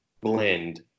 blend